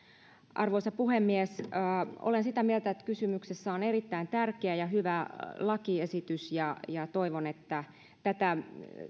arvoisa puhemies olen sitä mieltä että kysymyksessä on erittäin tärkeä ja hyvä lakiesitys ja ja toivon että tätä